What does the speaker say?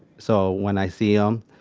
so when i see em,